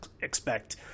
expect